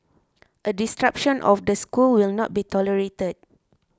a disruption of the school will not be tolerated